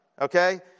Okay